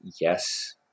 yes